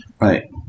Right